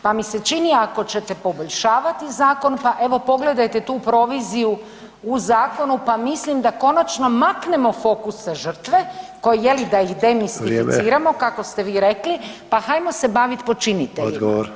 Pa mi se čini ako ćete poboljšavati zakon, pa evo pogledajte tu proviziju u zakonu pa mislim da konačno maknemo fokus sa žrtve koji je li da ih demistificiramo kako ste vi rekli [[Upadica: Vrijeme.]] pa hajmo se baviti počiniteljima.